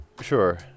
sure